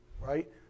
right